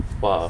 !wah!